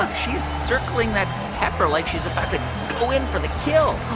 she's circling that pepper like she's about to go in for the kill